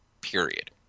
period